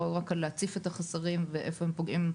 לא רק על להציף את החסרים ואיפה הם פוגעים,